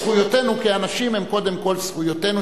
זכויותינו כאנשים הן קודם כול זכויותינו,